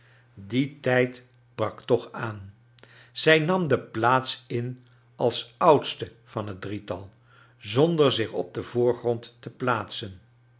die tijd brak toch aan zij nam de plaats in als oudste van het drietal zonder zich op den voorgrond te plaatsen